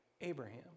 Abraham